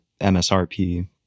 MSRP